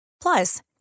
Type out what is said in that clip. Plus